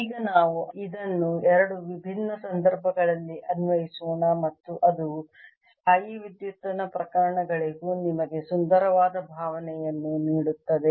ಈಗ ನಾವು ಇದನ್ನು ಎರಡು ವಿಭಿನ್ನ ಸಂದರ್ಭಗಳಲ್ಲಿ ಅನ್ವಯಿಸೋಣ ಮತ್ತು ಅದು ಸ್ಥಾಯೀವಿದ್ಯುತ್ತಿನ ಪ್ರಕರಣಗಳಿಗೂ ನಿಮಗೆ ಸುಂದರವಾದ ಭಾವನೆಯನ್ನು ನೀಡುತ್ತದೆ